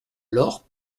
lorp